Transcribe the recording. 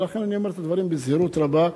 ולכן אני אומר את הדברים בזהירות רבה.